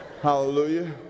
Hallelujah